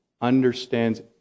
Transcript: understands